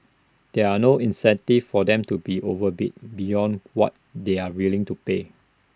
there are no incentives for them to be overbid beyond what they are willing to pay